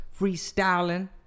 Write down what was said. Freestyling